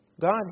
God